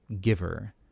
giver